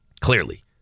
Clearly